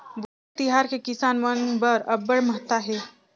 भोजली तिहार के किसान मन बर अब्बड़ महत्ता हे